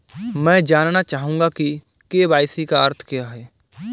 मैं जानना चाहूंगा कि के.वाई.सी का अर्थ क्या है?